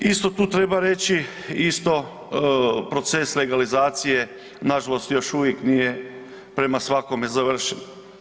Isto tu treba reći i isto proces legalizacije, nažalost još uvijek nije prema svakom završen.